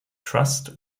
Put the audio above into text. trust